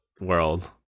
world